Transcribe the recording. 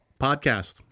podcast